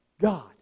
God